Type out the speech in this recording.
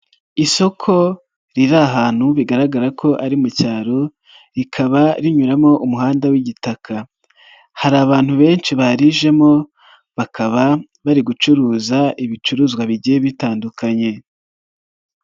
Isoko riri ahantu bigaragara ko ari mu cyaro rikaba rinyuramo umuhanda w'igitaka, hari abantu benshi barijemo bakaba bari gucuruza ibicuruzwa bigiye bitandukanye.